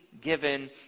given